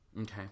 Okay